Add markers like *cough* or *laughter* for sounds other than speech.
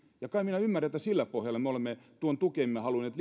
kai minä ymmärrän että sillä pohjalla me olemme tuon tukemme halunneet *unintelligible*